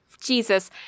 Jesus